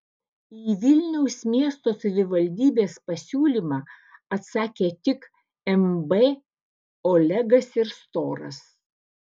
į vilniaus miesto savivaldybės pasiūlymą atsakė tik mb olegas ir storas